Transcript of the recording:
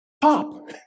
Pop